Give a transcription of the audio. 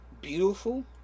beautiful